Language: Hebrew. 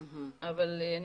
גם שיקולים ביטחוניים.